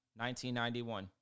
1991